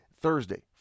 Thursday